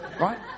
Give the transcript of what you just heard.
right